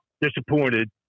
disappointed